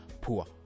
poor